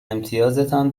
امتیازتان